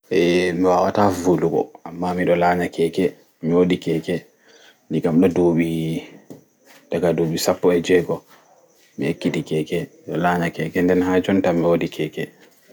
Eeh mi wawata ɓuutugo amma mi ɗo laanya keke miwooɗi keke ɗiga miɗo ɗuuɓi ɗaga ɗuuɓi sappo e jeego mi ekkiti keke nɗe haa jonta mi woɗi keke